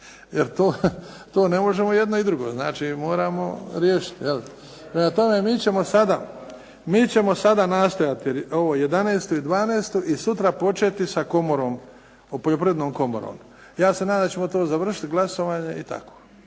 Jel' to ne možemo i jedno i drugo. Znači moramo riješiti. Prema tome, mi ćemo sada nastojati ovo 11. i 12. i sutra početi sa komorom, poljoprivrednom komorom. Ja se nadam da ćemo to završiti glasovanje i tako.